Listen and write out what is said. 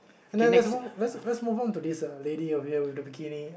then let's move let's let's move on to this uh lady over here with the bikini